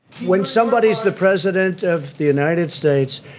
when somebody is the president of the united states,